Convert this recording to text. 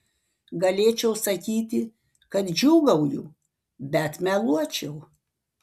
galėčiau sakyti kad džiūgauju bet meluočiau